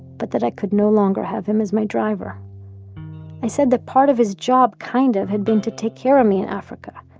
but that i could no longer have him as my driver i said that part of his job, kind of, had been to take care of me in africa.